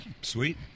sweet